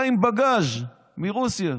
בא עם בגאז' מרוסיה,